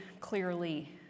clearly